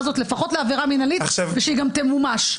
הזאת לפחות לעבירה מנהלית ושהיא גם תמומש.